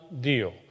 deal